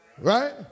right